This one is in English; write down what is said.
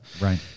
Right